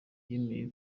yemeye